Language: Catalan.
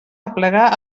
aplegar